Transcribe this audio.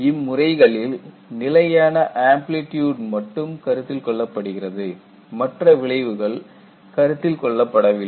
இம்முறைகளில் நிலையான ஆம்ப்லிட்யூட் மட்டும் கருத்தில் கொள்ளப்படுகிறது மற்ற விளைவுகள் கருத்தில் கொள்ளப்படவில்லை